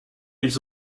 ils